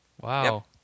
Wow